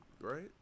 right